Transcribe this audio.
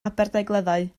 aberdaugleddau